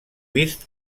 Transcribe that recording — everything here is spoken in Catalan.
vist